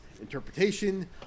interpretation